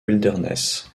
wilderness